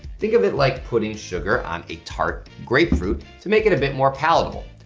think of it like putting sugar on a tart grapefruit to make it a bit more palatable.